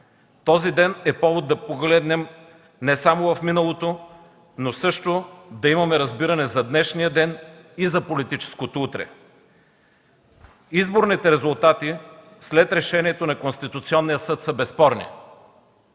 Този ден е повод да погледнем не само в миналото, но също да имаме разбиране за днешния ден и за политическото утре. Изборните резултати след решението на Конституционния съд са безспорни.